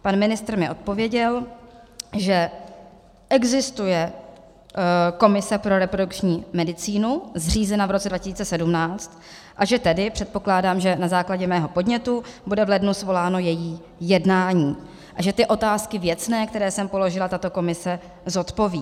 Pan ministr odpověděl, že existuje komise pro reprodukční medicínu zřízená v roce 2017, a že tedy předpokládám, že na základě mého podnětu bude v lednu svoláno její jednání a že ty otázky věcné, které jsem položila, tato komise zodpoví.